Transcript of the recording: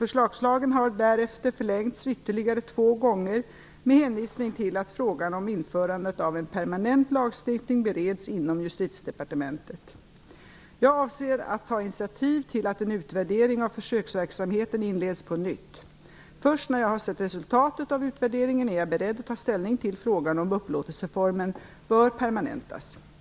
Försökslagen har därefter förlängts ytterligare två gånger med hänvisning till att frågan om införandet av en permanent lagstiftning bereddes inom Jag avser att ta initiativ till att en utvärdering av försöksverksamheten inleds på nytt. Först när jag har sett resultatet av utvärderingen är jag beredd att ta ställning till frågan om upplåtelseformen bör permanentas.